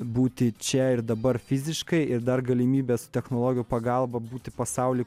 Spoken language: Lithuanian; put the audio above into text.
būti čia ir dabar fiziškai ir dar galimybę su technologijų pagalba būti pasauly